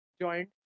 joined